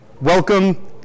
Welcome